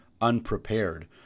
unprepared